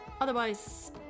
Otherwise